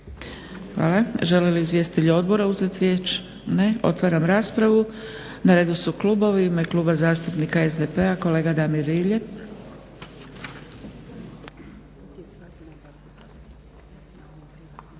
(SDP)** Žele li izvjestitelji odbora uzeti riječ? Ne. Otvaram raspravu. Na redu su klubovi. U ime Kluba zastupnika SDP-a kolega Damir Rilje.